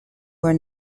were